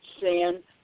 sin